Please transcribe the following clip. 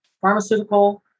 pharmaceutical